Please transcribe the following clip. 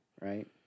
Right